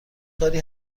کاری